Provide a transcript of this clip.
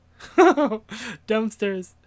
Dumpsters